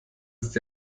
ist